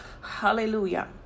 Hallelujah